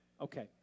Okay